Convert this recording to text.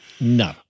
No